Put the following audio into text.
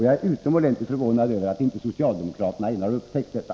Jag är utomordentligt förvånad över att socialdemokraterna ännu inte har upptäckt detta.